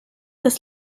das